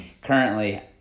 Currently